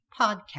Podcast